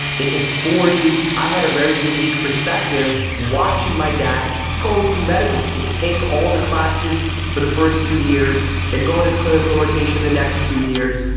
in his forty s. i had a very unique perspective watching my dad go through medical school. take all the classes for the first two years, then go on his clinical rotation the next two years,